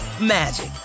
magic